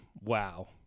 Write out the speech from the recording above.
Wow